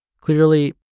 Clearly